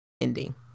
ending